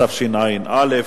התשע"א 2011,